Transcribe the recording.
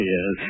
Yes